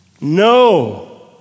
No